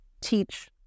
teach